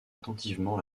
attentivement